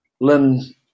Lynn